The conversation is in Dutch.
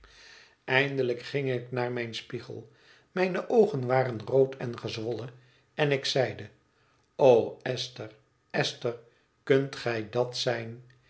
eindelijk ging ik naai mijn spiegel mijne oogen waren rood en gezwollen en ik zeide o esther esther kunt gij dat zijn